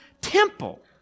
temple